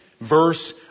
verse